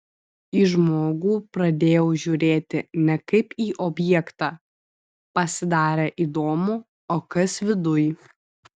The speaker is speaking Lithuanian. į žmogų pradėjau žiūrėti ne kaip į objektą pasidarė įdomu o kas viduj